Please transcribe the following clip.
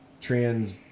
trans